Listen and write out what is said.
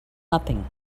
nothing